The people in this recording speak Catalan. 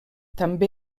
també